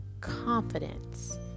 confidence